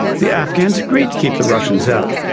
the afghans agreed to keep the russians out.